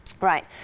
Right